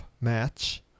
match